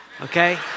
okay